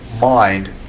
mind